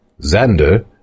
Xander